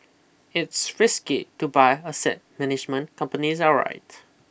it's risky to buy asset management companies outright